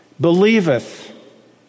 believeth